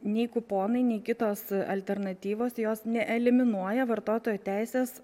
nei kuponai nei kitos alternatyvos jos neeliminuoja vartotojo teisės